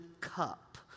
cup